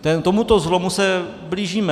K tomuto zlomu se blížíme.